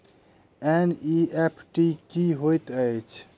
NEFT की होइत अछि?